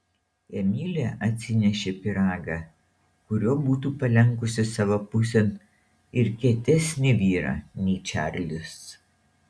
emilė atsinešė pyragą kuriuo būtų palenkusi savo pusėn ir kietesnį vyrą nei čarlis